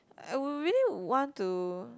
I would really want to